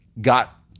got